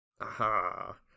Aha